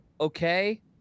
okay